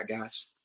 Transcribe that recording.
guys